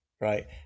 right